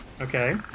okay